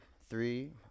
three